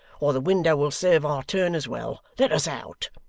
or the window will serve our turn as well. let us out